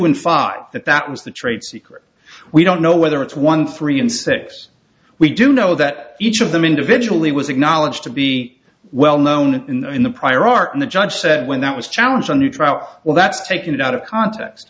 and five that that was the trade secret we don't know whether it's one three and six we do know that each of them individually was acknowledged to be well known in the in the prior art and the judge said when that was challenged on new trial well that's taking it out of context